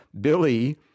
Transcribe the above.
Billy